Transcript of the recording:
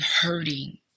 hurting